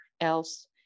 else